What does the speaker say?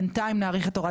בינתיים נאריך את ההוראה.